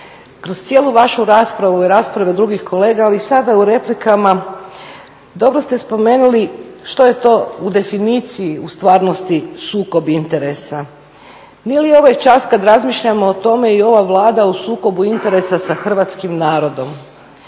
kroz cijelu vašu raspravu i rasprave drugih kolega, ali i sada u replikama, dobro ste spomenuli što je to u definiciji u stvarnosti sukob interesa. Nije li ovaj čas kad razmišljamo o tome i ova Vlada u sukobu interesa sa hrvatskim narodom?